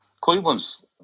Cleveland's